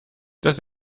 das